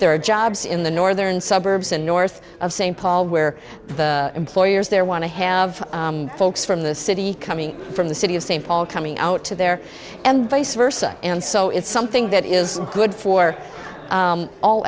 there are jobs in the northern suburbs and north of st paul where the employers there want to have folks from the city coming from the city of st paul coming out to there and vice versa and so it's something that is good for